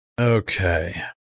Okay